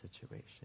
situation